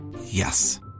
Yes